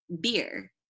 beer